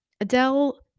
Adele